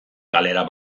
galera